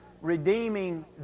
redeeming